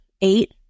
eight